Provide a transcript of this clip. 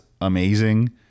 amazing